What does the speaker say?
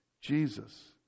Jesus